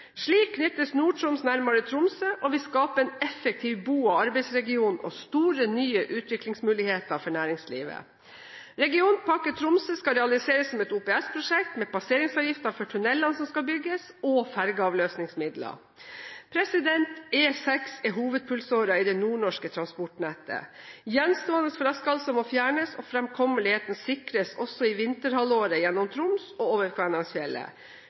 Slik knyttes Nord-Troms nærmere Tromsø og vil skape en effektiv bo- og arbeidsregion og store, nye utviklingsmuligheter for næringslivet. Regionpakke Tromsø skal realiseres som et OPS-prosjekt med passeringsavgifter for tunnelene som skal bygges, og fergeavløsningsmidler. E6 er hovedpulsåren i det nordnorske transportnettet. Gjenstående flaskehalser må fjernes, og fremkommeligheten må sikres også i vinterhalvåret gjennom Troms og over